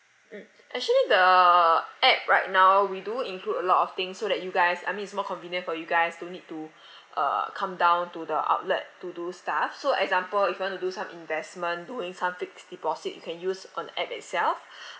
mm actually the app right now we do include a lot of things so that you guys I mean it's more convenient for you guys don't need to uh come down to the outlet to do stuff so example if you want to do some investment doing some fixed deposit you can use on the app itself